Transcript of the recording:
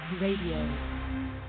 radio